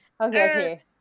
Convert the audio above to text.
Okay